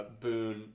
Boon